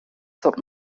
zog